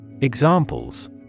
Examples